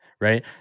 right